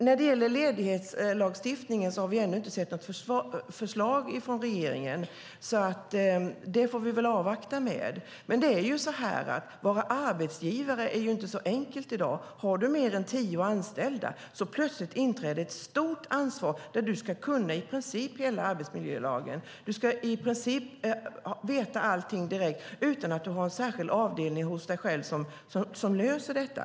När det gäller ledighetslagstiftningen har vi ännu inte sett något förslag från regeringen, så det får vi avvakta med. Men att vara arbetsgivare är inte så enkelt i dag. Har du fler än tio anställda inträder plötsligt ett stort ansvar där du i princip ska kunna hela arbetsmiljölagen. Du ska i princip veta allting direkt utan att ha någon särskild avdelning på ditt företag som löser detta.